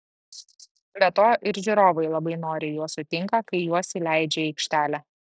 be to ir žiūrovai labai noriai juos sutinka kai juos įleidžia į aikštelę